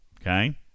Okay